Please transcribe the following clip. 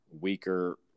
Weaker